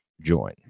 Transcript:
join